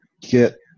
get